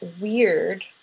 weird